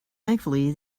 thankfully